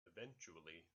eventually